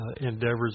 endeavors